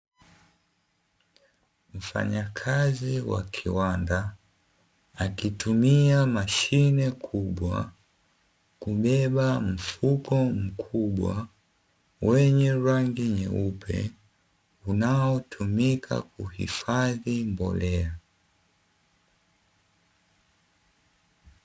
Mfanyakazi wa kiwanda akitumia mashine kubwa kubeba mfuko mkubwa wenye rangi nyeupe, unaotumika kuhifadhi mbolea.